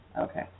Okay